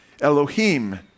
Elohim